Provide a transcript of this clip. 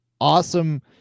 awesome